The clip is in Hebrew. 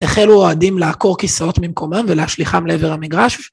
‫החלו אוהדים לעקור כיסאות ממקומם ‫ולהשליחם לעבר המגרש.